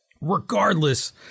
regardless